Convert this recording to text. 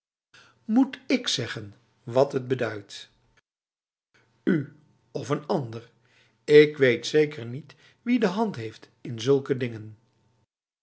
moet ik zeggen wat het beduidt u of een ander ik weet zeker niet wie de hand heeft in zulke dingen